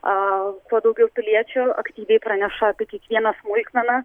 a kuo daugiau piliečių aktyviai praneša apie kiekvieną smulkmeną